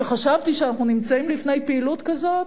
או כשחשבתי שאנחנו נמצאים בפני פעילות כזאת,